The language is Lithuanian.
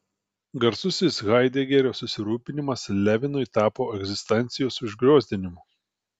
garsusis haidegerio susirūpinimas levinui tapo egzistencijos užgriozdinimu